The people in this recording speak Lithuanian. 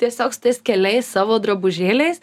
tiesiog su tais keliais savo drabužėliais